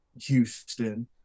Houston